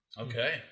Okay